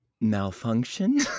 Malfunction